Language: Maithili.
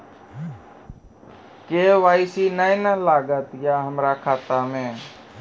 के.वाई.सी ने न लागल या हमरा खाता मैं?